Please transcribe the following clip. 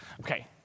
Okay